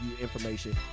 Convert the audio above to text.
information